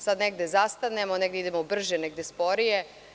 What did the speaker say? Sad negde zastanemo, negde idemo brže, negde sporije.